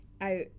out